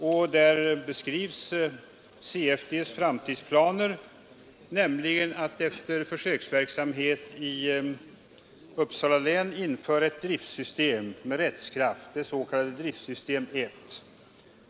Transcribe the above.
I denna beskrivs CFD:s framtidsplaner. Efter försöksverksamheten i Uppsala län avser man att införa ett driftsystem med rättskraft, det s.k. driftsystem 1.